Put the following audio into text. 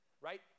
right